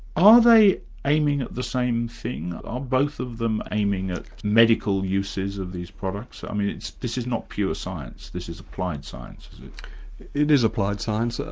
are they aiming at the same thing? are both of them aiming at medical uses of these products? i mean this is not pure science, this is applied science, is it? it is applied science, ah